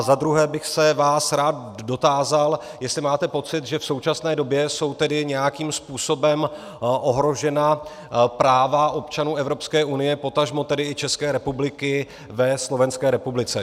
A zadruhé bych se vás rád dotázal, jestli máte pocit, že v současné době jsou tedy nějakým způsobem ohrožena práva občanů Evropské unie, potažmo tedy i České republiky, ve Slovenské republice.